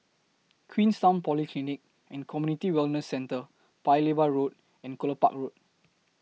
Queenstown Polyclinic and Community Wellness Centre Paya Lebar Road and Kelopak Road